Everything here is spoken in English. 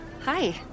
hi